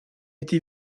été